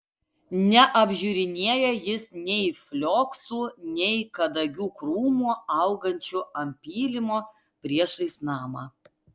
neapžiūrinėjo jis nei flioksų nei kadagių krūmų augančių ant pylimo priešais namą